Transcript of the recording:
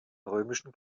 römischen